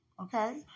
Okay